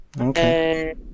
Okay